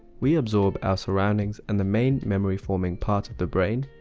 we absorb our surroundings and the main memory forming parts of the brain,